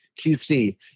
QC